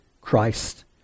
Christ